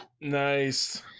Nice